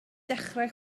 dechrau